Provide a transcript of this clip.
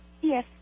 Yes